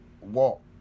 walk